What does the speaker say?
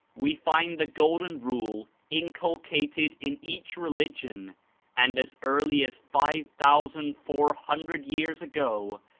we find the golden rule inculcated in each religion and as early as five thousand four hundred years ago,